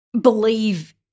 believe